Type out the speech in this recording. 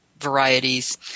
varieties